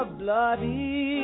bloody